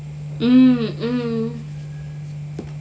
oh oh